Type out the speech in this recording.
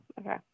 Okay